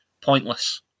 pointless